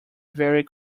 very